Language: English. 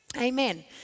amen